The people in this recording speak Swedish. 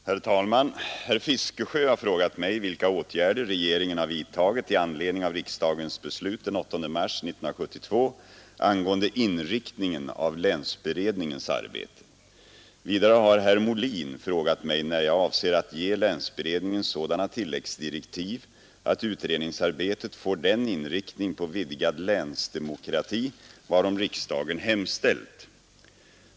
Herr talman! Herr Fiskesjö har frågat mig vilka åtgärder regeringen har vidtagit i anledning av riksdagens beslut den 8 mars 1972 angående inriktningen av länsberedningens arbete. Vidare har herr Molin frågat mig när jag avser att ge länsberedningen sådana tilläggsdirektiv att utredningsarbetet får den inriktning på vidgad länsdemokrati, varom riksdagen hemställt.